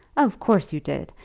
of course you did.